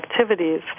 activities